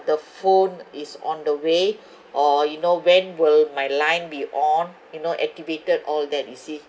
the phone is on the way or you know when will my line be on you know activated all that you see